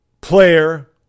player